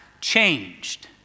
changed